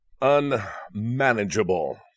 unmanageable